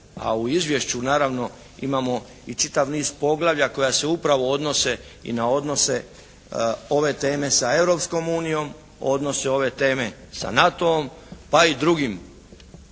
a u izvješću naravno imamo i čitav niz poglavlja koja se upravo odnose i na odnose ove teme sa Europskom unijom, odnose ove teme sa NATO-om pa i drugim